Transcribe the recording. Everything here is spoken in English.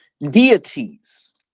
deities